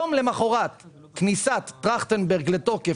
יום למוחרת כניסת טרכטנברג לתוקף,